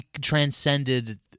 transcended